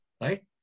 right